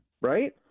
Right